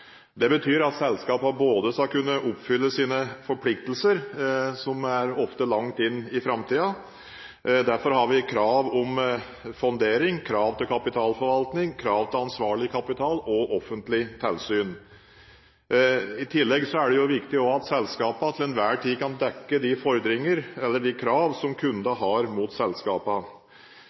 Det betyr at selskapene skal kunne oppfylle sine forpliktelser, ofte langt inn i framtiden. Derfor har vi krav om fondering, krav til kapitalforvaltning, krav til ansvarlig kapital og offentlig tilsyn. I tillegg er det viktig at selskapene til enhver tid kan dekke de fordringer eller de krav som kundene har mot